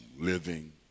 living